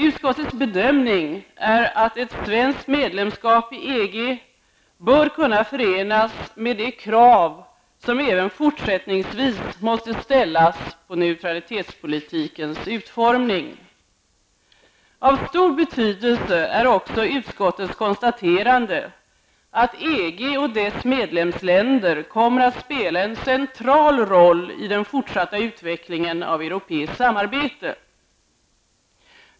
Utskottets bedömning är att ett svenskt medlemskap i EG bör kunna förenas med de krav som även fortsättningsvis måste ställas på neutralitetspolitikens utformning. Av stor betydelse är också utskottets konstaterande att EG och dess medlemsländer kommer att spela en central roll i den fortsatta utvecklingen av europeiskt samarbete.